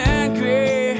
angry